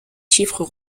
chiffres